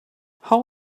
how